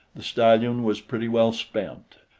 the stallion was pretty well spent,